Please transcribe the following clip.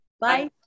Bye